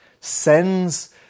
sends